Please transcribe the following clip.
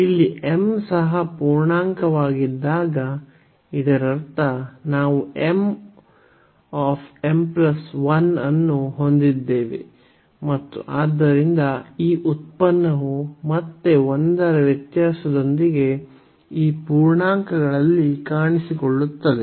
ಇಲ್ಲಿ m ಸಹ ಪೂರ್ಣಾಂಕವಾಗಿದ್ದಾಗ ಇದರರ್ಥ ನಾವು m m 1 ಅನ್ನು ಹೊಂದಿದ್ದೇವೆ ಮತ್ತು ಆದ್ದರಿಂದ ಈ ಉತ್ಪನ್ನವು ಮತ್ತೆ 1 ರ ವ್ಯತ್ಯಾಸದೊಂದಿಗೆ ಈ ಪೂರ್ಣಾಂಕಗಳಲ್ಲಿ ಕಾಣಿಸಿಕೊಳ್ಳುತ್ತದೆ